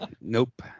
Nope